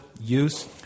use